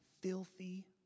filthy